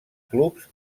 clubs